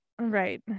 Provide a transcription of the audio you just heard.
right